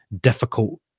difficult